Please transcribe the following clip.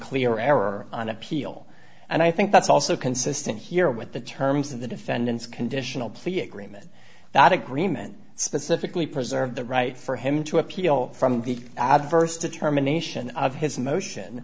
clear error on appeal and i think that's also consistent here with the terms of the defendant's conditional plea agreement that agreement specifically preserve the right for him to appeal from the adverse determination of his motion